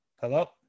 Hello